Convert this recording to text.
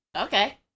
okay